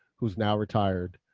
who's now retired,